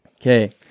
Okay